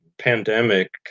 pandemic